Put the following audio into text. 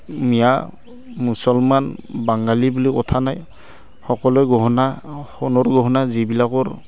মিঞা মুছলমান বাঙালী বুলি কথা নাই সকলোৱে গহনা সোণৰ গহনা যিবিলাকৰ